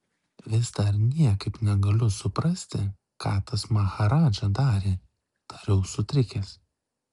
vis dar niekaip negaliu suprasti ką tas maharadža darė tariau sutrikęs